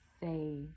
say